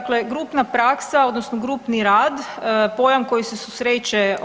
Dakle, grupna praksa odnosno grupni rad, pojam koji se susreće